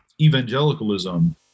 evangelicalism